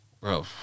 bro